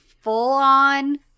full-on